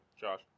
Josh